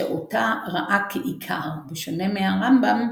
שאותה ראה כעיקר, בשונה מהרמב"ם,